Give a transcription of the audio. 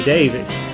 Davis